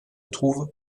trouve